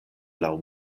laŭ